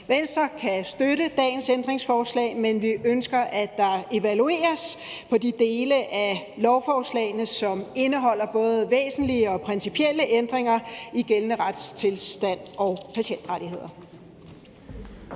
Venstre kan støtte dagens ændringsforslag, men vi ønsker, at der evalueres på de dele af lovforslagene, som indeholder både væsentlige og principielle ændringer i gældende retstilstand og patientrettigheder.